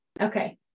Okay